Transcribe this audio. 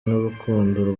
n’urukundo